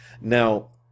Now